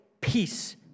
peace